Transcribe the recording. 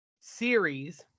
series